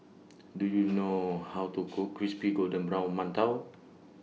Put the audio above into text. Do YOU know How to Cook Crispy Golden Brown mantou